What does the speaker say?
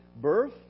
birth